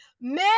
Men